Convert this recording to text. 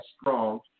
strong